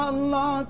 Allah